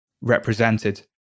represented